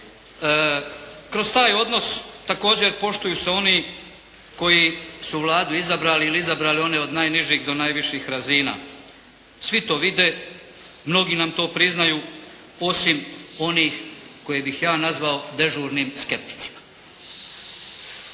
Kroz taj odnos također poštuju se oni koji su Vladu izabrali ili izabrali one od najnižih do najviših razina. Svi to ide, mnogi nam to priznaju, osim onih koje bih ja nazvao dežurnim skepticima.